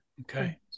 Okay